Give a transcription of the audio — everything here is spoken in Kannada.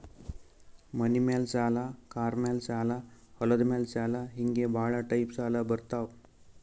ಮನಿ ಮ್ಯಾಲ ಸಾಲ, ಕಾರ್ ಮ್ಯಾಲ ಸಾಲ, ಹೊಲದ ಮ್ಯಾಲ ಸಾಲ ಹಿಂಗೆ ಭಾಳ ಟೈಪ್ ಸಾಲ ಬರ್ತಾವ್